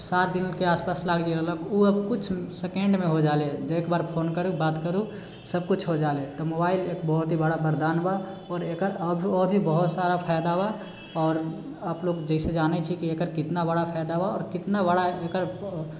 सात दिनके आस पास लागि जाइत रहलक ओ आब किछु सेकेन्डमे हो जा रहलै जे एक बार फोन करु बात करु सभ किछु हो जा रहले तऽ मोबाइल एक बहुत ही बड़ा वरदान बा आओर एकर आओर भी बहुत सारा फायदा बा आओर आप लोग जइसे जानैत छी एकर कितना बड़ा फायदा बा आओर कितना बड़ा एकर